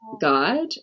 God